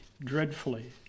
dreadfully